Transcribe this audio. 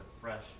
fresh